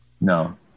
No